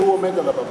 כשהוא עומד על הבמה.